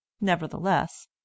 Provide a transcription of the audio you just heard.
nevertheless